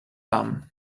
thumb